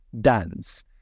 dance